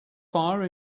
fire